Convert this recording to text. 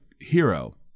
hero